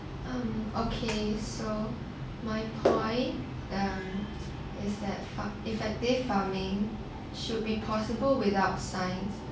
um okay so my point uh is that effective farming should be possible without science